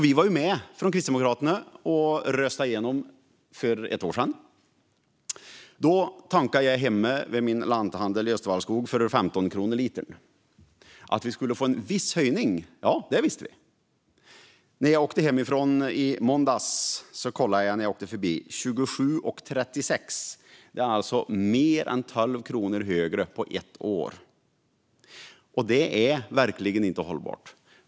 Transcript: Vi var från Kristdemokraternas sida för ett år sedan med och röstade igenom den. Då tankade jag hemma vid min lanthandel i Östervallskog för 15 kronor litern. Att vi skulle få en viss höjning visste vi. När jag åkte hemifrån i måndags kollade jag när jag åkte förbi: 27,36. Det är alltså mer än 12 kronor högre på ett år. Och detta är verkligen inte hållbart.